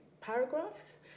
paragraphs